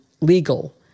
legal